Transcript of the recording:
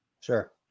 sure